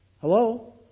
Hello